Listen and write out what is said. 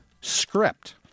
script